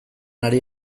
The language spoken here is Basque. ari